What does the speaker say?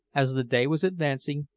as the day was advancing,